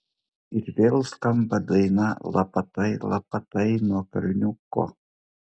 ir vėl skamba daina lapatai lapatai nuo kalniuko